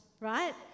right